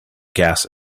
gas